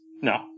No